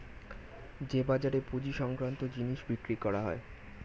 যে বাজারে পুঁজি সংক্রান্ত জিনিস বিক্রি হয়